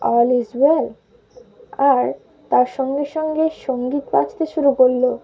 all is well আর তার সঙ্গে সঙ্গে সঙ্গীত বাজতে শুরু করলো